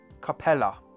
Capella